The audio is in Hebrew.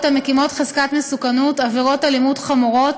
המקימות חזקת מסוכנות עבירות אלימות חמורות